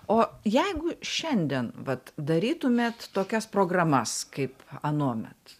o jeigu šiandien vat darytumėt tokias programas kaip anuomet